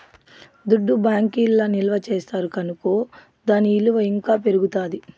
దుడ్డు బ్యాంకీల్ల నిల్వ చేస్తారు కనుకో దాని ఇలువ ఇంకా పెరుగుతాది